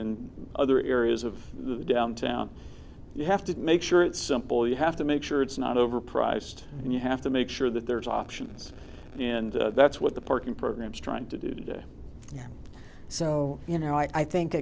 in other areas of the downtown you have to make sure it's simple you have to make sure it's not over priced and you have to make sure that there's options in that's what the parking programs trying to do today so you know i think